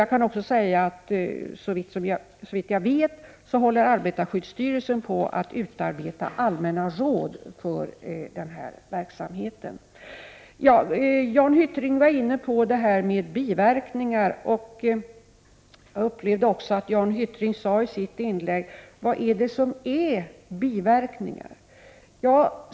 Jag kan också säga att, såvitt jag vet, håller arbetarskyddsstyrelsen på att utarbeta allmänna råd för denna verksamhet. Jan Hyttring var inne på frågan om biverkningar. Han frågade vad biverkningar är.